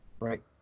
right